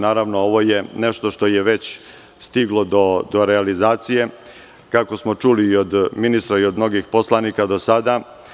Naravno, ovo je nešto što je već stiglo do realizacije, kako smo čuli i od ministra i od mnogih poslanika do sada.